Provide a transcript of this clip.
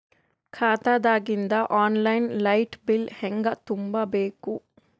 ಖಾತಾದಾಗಿಂದ online light bill ಹೇಂಗ ತುಂಬಾ ಬೇಕು?